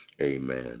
amen